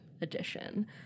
edition